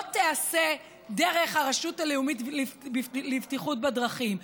תיעשה דרך הרשות הלאומית לבטיחות בדרכים.